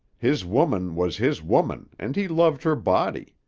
his woman was his woman and he loved her body.